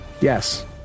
Yes